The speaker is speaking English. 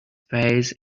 face